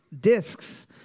discs